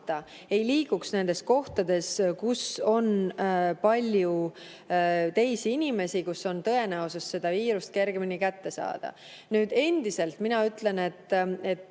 ei liiguks nendes kohtades, kus on palju teisi inimesi ja kus on tõenäosus see viirus kergemini kätte saada. Ma endiselt ütlen, et